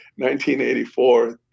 1984